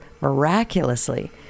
miraculously